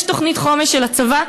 יש תוכנית חומש של הצבא,